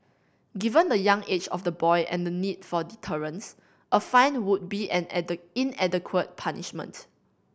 given the young age of the boy and the need for deterrence a fine would be an inadequate punishment